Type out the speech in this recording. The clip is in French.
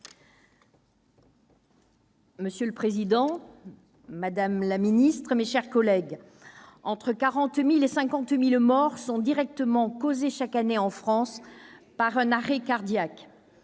Monsieur le président, madame la secrétaire d'État, mes chers collègues, entre 40 000 et 50 000 morts sont directement causées, chaque année, en France, par un arrêt cardiaque.